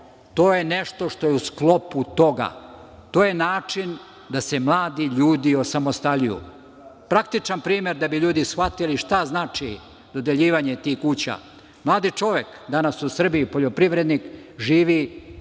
to je nešto što je u sklopu toga. To je način da se mladi ljudi osamostaljuju. Praktičan primer da bi ljudi shvatili šta znači dodeljivanje tih kuća, mladi čovek danas u Srbiji, poljoprivrednik živi